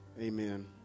amen